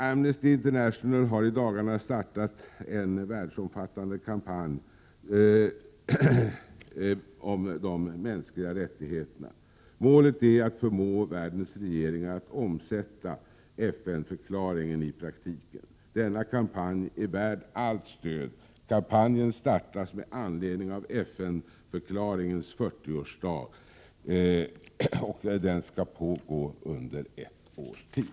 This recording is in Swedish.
Amnesty International har i dagarna startat en världsomfattande kampanj om de mänskliga rättigheterna. Målet är att förmå världens regeringar att omsätta FN-förklaringen i praktiken. Denna kampanj är värd allt stöd. Kampanjen startas med anledning av FN-förklaringens 40-årsdag och skall pågå under ett års tid.